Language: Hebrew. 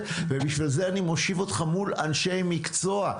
ובשביל זה אני מושיב אותך מול אנשי מקצוע,